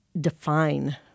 define